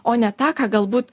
o ne tą ką galbūt